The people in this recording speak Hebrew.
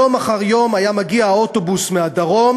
יום אחר יום היה מגיע האוטובוס מהדרום